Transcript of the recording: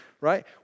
Right